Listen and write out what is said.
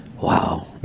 Wow